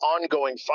ongoing